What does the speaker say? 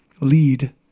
lead